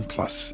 Plus